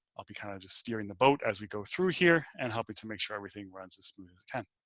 i'll be kind of just steering the boat as we go through here and help you to make sure everything runs as smoothly as it. kind of